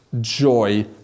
Joy